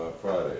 Friday